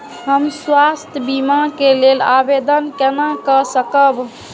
हम स्वास्थ्य बीमा के लेल आवेदन केना कै सकब?